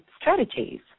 strategies